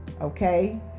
okay